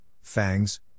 fangs